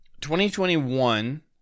2021